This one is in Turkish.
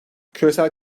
küresel